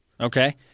Okay